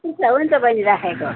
हुन्छ हुन्छ बहिनी राखेको